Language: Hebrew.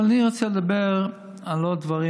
אבל אני רוצה לדבר על עוד דברים,